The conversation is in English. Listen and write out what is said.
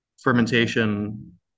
fermentation